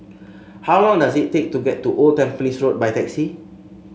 how long does it take to get to Old Tampines Road by taxi